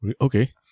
okay